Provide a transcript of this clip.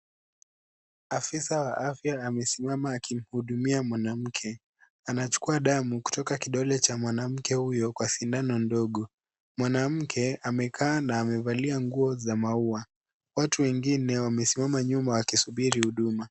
Afisa wa afya amesimama akimhudumia mwanamke, anachukua damu kutoka kidole cha mwanamke huyo kwa sindano ndogo, mwanamke amekaa na amevalia nguo za maua watu wengine wamesimama nyuma wakisubiri huduma.